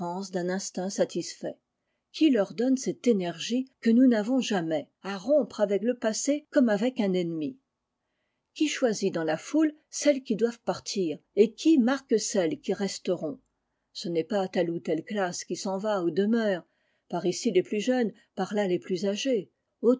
d'un instinct satisfait qui leur donne cette énergie que nous n'avons jamais à rompre avec le passé comme avec un ennemi qui choisit dans la foule celles qui doivent partir et qui marque celles qui resteront ce n'est pas telle ou telle classe qui s'en va ou demeure par ici les plus jeunes par là les plus âgées